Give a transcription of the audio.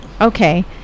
Okay